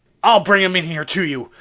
i'll bring him in here to you!